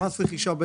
במס רכישה,